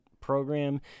program